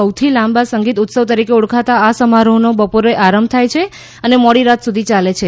સૌથી લાંબા સંગીત ઉત્સવ તરીકે ઓળખાતા આ સમારોહનો બપોરે આરંભ થાય છે અને મોડી રાત સુધી યાલે છે